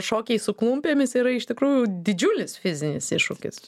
šokiai su klumpėmis yra iš tikrųjų didžiulis fizinis iššūkis